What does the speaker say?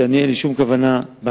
שאני אין לי שום כוונה להתייחס